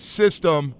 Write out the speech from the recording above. system